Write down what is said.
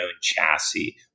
chassis